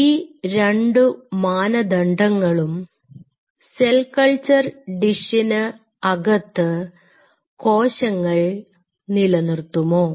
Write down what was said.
ഈ രണ്ടു മാനദണ്ഡങ്ങളും സെൽ കൾച്ചർ ഡിഷിന് അകത്ത് കോശങ്ങൾ നിലനിർത്തുമോ